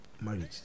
marriage